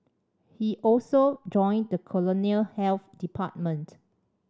he also joined the colonial health department